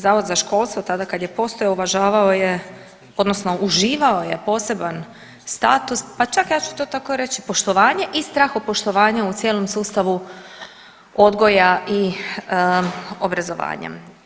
Zavod za školstvo tada kad je postojao uvažavao je odnosno uživao je poseban status, pa čak ja ću to tako reć poštovanje i strahopoštovanje u cijelom sustavu odgoja i obrazovanja.